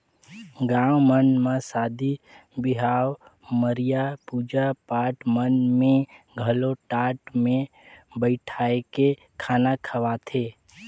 गाँव मन म सादी बिहाव, मरिया, पूजा पाठ मन में घलो टाट मे बइठाके खाना खवाथे